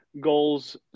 goals